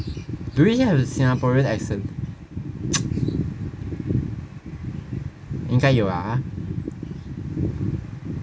do we have the singaporean accent 应该有 lah ah